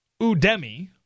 Udemy